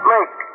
Mike